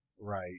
Right